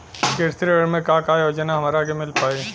कृषि ऋण मे का का योजना हमरा के मिल पाई?